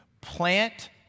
Plant